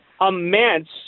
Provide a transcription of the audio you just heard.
immense